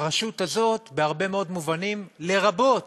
הרשות הזאת, בהרבה מאוד מובנים, לרבות,